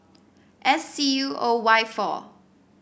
S C U O Y four